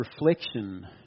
reflection